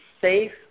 safe